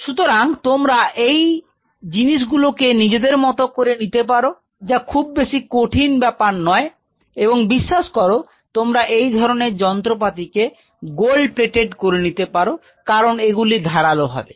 সুতরাং তোমরা এই জিনিসগুলো কে নিজেদের মতো করে নিতে পারো যা খুব বেশি কঠিন ব্যাপার নয় এবং বিশ্বাস করো তোমরা এই ধরনের যন্ত্রপাতি কে গোল্ড প্লেটেড করে নিতে পারো কারণ এগুলি ধারালো হবে